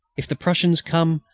if the prussians come,